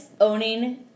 owning